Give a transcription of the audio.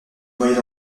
moyen